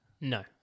No